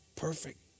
perfect